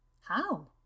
How